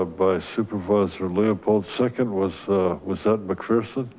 ah by supervisor limpopo. second was was that macpherson?